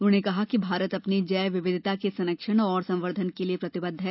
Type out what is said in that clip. उन्होंने कहा कि भारत अपनी जैव विविधता के संरक्षण और संवर्द्धन के लिए प्रतिबद्ध है